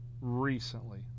recently